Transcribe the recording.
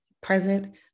present